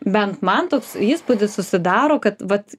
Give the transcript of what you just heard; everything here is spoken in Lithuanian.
bent man toks įspūdis susidaro kad vat